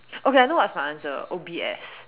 okay I know what's my answer O_B_S